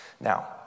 Now